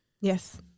yes